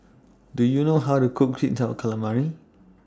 Do YOU know How to Cook Sweet Calamari